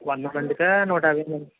వంద మందికా నూట యాభై మం